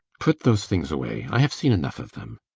put those things away! i have seen enough of them.